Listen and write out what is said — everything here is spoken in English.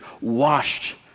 washed